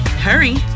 Hurry